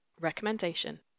Recommendation